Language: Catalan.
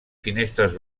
finestres